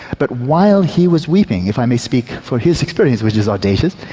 but while he was weeping, if i may speak for his experience, which is audacious,